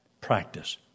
practice